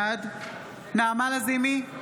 בעד נעמה לזימי,